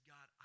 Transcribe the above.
God